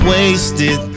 Wasted